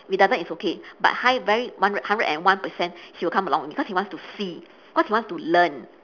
if he doesn't it's okay but high very hundred one hundred and one percent he will come along because he wants to see because he wants to learn